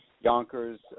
Yonkers